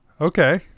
Okay